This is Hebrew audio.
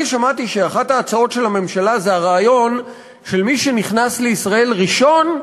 אני שמעתי שאחת ההצעות של הממשלה היא הרעיון שמי שנכנס לישראל ראשון,